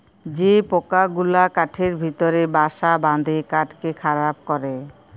যে পকা গুলা কাঠের ভিতরে বাসা বাঁধে কাঠকে খারাপ ক্যরে